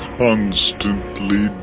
constantly